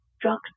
Drugs